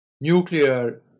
nuclear